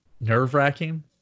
nerve-wracking